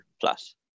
plus